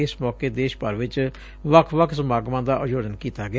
ਇਸ ਮੌਕੇ ਦੇਸ਼ ਭਰ ਚ ਵੱਖ ਵੱਖ ਸਮਾਗਮਾ ਦਾ ਆਯੋਜਨ ਕੀਤਾ ਗਿਆ